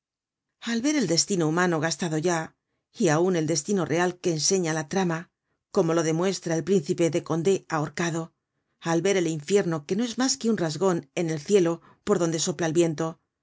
al ver el destino humano gastado ya y aun el destino real que enseña la trama como lo demuestra el príncipe de condé ahorcado al ver el infierno que no es mas que un rasgon en el cielo por donde sopla el viento